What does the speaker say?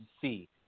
see